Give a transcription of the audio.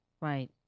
Right